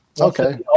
Okay